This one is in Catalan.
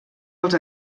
els